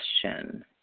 question